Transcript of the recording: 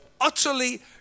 utterly